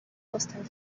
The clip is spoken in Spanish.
postal